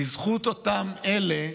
בזכות אותם אלה,